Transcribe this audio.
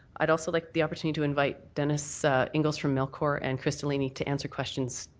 i'd also like the opportunity to invite dennis inning ols from melcor and crystal leany to answer questions.